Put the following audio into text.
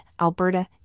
Alberta